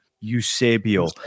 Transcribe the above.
Eusebio